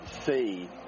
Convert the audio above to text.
see